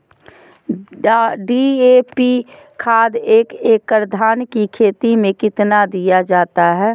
DAP खाद एक एकड़ धान की खेती में कितना दीया जाता है?